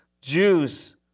Jews